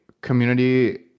community